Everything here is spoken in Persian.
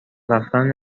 رفتن